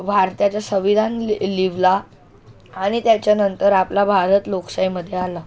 भारताचा संविधान लि लिहिले आणि त्याच्यानंतर आपला भारत लोकशाहीमध्ये आला